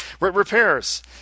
Repairs